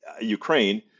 Ukraine